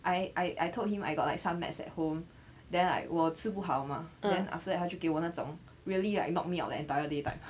I I I told him I got like some meds at home then like 我吃不好吗 then after that 他就给我那种 really like knock me out the entire day type ya oh wait okay I I